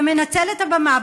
ומנצל את הבמה,